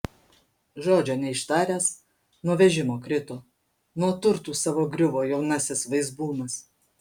žodžio neištaręs nuo vežimo krito nuo turtų savo griuvo jaunasis vaizbūnas